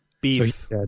Beef